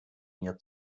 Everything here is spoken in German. mir